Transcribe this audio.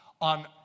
on